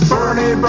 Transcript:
Bernie